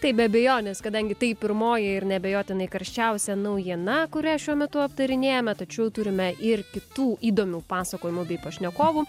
taip be abejonės kadangi tai pirmoji ir neabejotinai karščiausia naujiena kurią šiuo metu aptarinėjame tačiau turime ir kitų įdomių pasakojimų bei pašnekovų